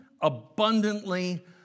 abundantly